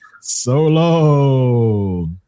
Solo